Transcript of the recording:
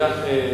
אם כך,